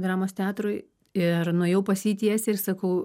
dramos teatrui ir nuėjau pas jį tiesiai ir sakau